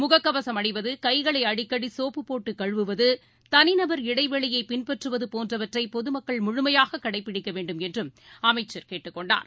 முகக்கவசம் அணிவது கைகளைஅடிக்கடிசோப்பு தனிநபர் இடைவெளியைபின்பற்றுவதுபோன்றவற்றைபொதுமக்கள் முழுமையாககடைபிடிக்கவேண்டும் என்றம் அமைச்சர் கேட்டுக் கொண்டார்